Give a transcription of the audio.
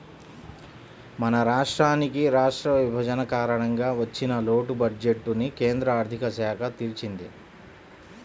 మన రాష్ట్రానికి రాష్ట్ర విభజన కారణంగా వచ్చిన లోటు బడ్జెట్టుని కేంద్ర ఆర్ధిక శాఖ తీర్చింది